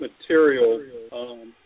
material